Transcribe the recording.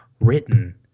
written